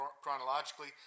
chronologically